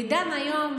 בעידן של היום,